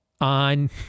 on